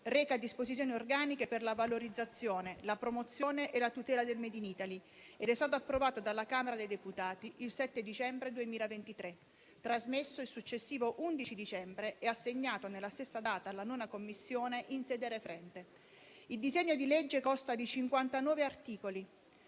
reca «Disposizioni organiche per la valorizzazione, la promozione e la tutela del *made in Italy*» ed è stato approvato dalla Camera dei deputati il 7 dicembre 2023, trasmesso il successivo 11 dicembre e assegnato nella stessa data alla 9a Commissione in sede referente. Il disegno di legge consta di 59 articoli.